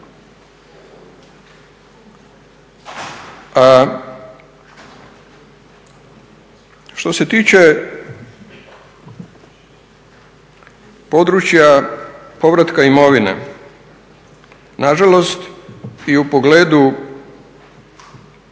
Što se tiče područja povratka imovine, nažalost i u pogledu